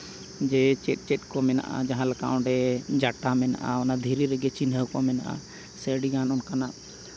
ᱡᱮ ᱪᱮᱫ ᱪᱮᱫ ᱠᱚ ᱢᱮᱱᱟᱜᱼᱟ ᱡᱟᱦᱟᱸ ᱞᱮᱠᱟ ᱚᱸᱰᱮ ᱡᱟᱴᱟ ᱢᱮᱱᱟᱜᱼᱟ ᱚᱱᱟ ᱫᱷᱤᱨᱤ ᱨᱮᱜᱮ ᱪᱤᱱᱦᱟᱹᱣ ᱠᱚ ᱢᱮᱱᱟᱜᱼᱟ ᱥᱮ ᱟᱹᱰᱤᱜᱟᱱ ᱚᱱᱠᱟᱱᱟᱜ